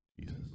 Jesus